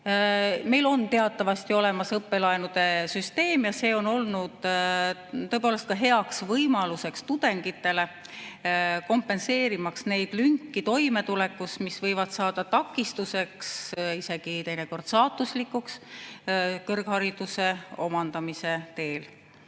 Meil on teatavasti olemas õppelaenude süsteem ja see on olnud tõepoolest ka hea võimalus tudengitele, kompenseerimaks lünki toimetulekus, mis võivad saada takistuseks, teinekord isegi saatuslikuks kõrghariduse omandamise teel.